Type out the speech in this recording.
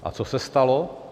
A co se stalo?